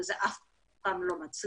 וזה אף פעם לא מצליח.